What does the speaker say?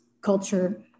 culture